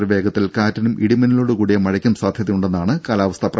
വരെ വേഗത്തിൽ കാറ്റിനും ഇടിമിന്നലോട് കൂടിയ മഴയ്ക്കും സാധ്യതയുണ്ടെന്നാണ് കാലാവസ്ഥാ പ്രവചനം